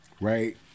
Right